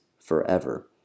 forever